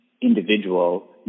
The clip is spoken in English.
individual